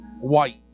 white